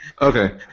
Okay